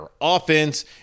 offense